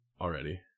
already